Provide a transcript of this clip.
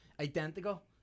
identical